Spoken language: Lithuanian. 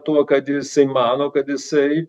tuo kad jisai mano kad jisai